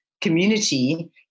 community